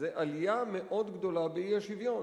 וזו עלייה מאוד גדולה באי-שוויון.